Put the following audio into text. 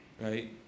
right